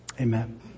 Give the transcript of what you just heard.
Amen